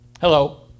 Hello